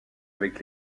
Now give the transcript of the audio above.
avec